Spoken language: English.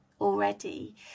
already